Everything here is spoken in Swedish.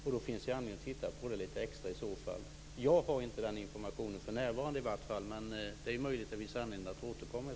I så fall finns det anledning att titta litet extra på det. Jag har inte den informationen för närvarande. Men det är möjligt att det finns anledning att återkomma.